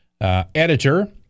editor